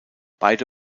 beide